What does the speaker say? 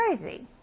crazy